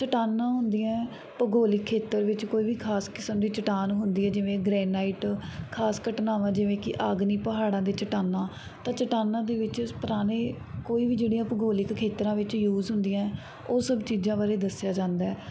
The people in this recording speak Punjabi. ਚੱਟਾਨਾਂ ਹੁੰਦੀਆਂ ਭੂਗੋਲਿਕ ਖੇਤਰ ਵਿੱਚ ਕੋਈ ਵੀ ਖਾਸ ਕਿਸਮ ਦੀ ਚੱਟਾਨ ਹੁੰਦੀ ਹੈ ਜਿਵੇਂ ਗਰੈਨਾਈਟ ਖਾਸ ਘਟਨਾਵਾਂ ਜਿਵੇਂ ਕਿ ਅਗਨੀ ਪਹਾੜਾਂ ਦੇ ਚੱਟਾਨਾਂ ਤਾਂ ਚੱਟਾਨਾਂ ਦੇ ਵਿੱਚ ਪੁਰਾਣੇ ਕੋਈ ਵੀ ਜਿਹੜੀਆਂ ਭੂਗੋਲਿਕ ਖੇਤਰਾਂ ਵਿੱਚ ਯੂਜ ਹੁੰਦੀਆਂ ਉਹ ਸਭ ਚੀਜ਼ਾਂ ਬਾਰੇ ਦੱਸਿਆ ਜਾਂਦਾ